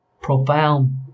profound